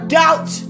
doubt